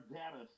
data